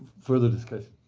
further discussion?